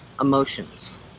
emotions